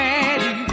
Ready